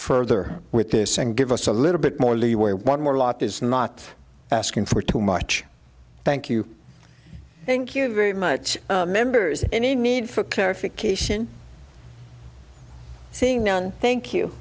further with this and give us a little bit more leeway one more lot is not asking for too much thank you thank you very much members any need for clarification seeing none thank you